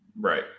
Right